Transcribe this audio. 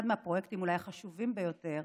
אחד מהפרויקטים אולי החשובים ביותר